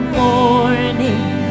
morning